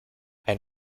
ein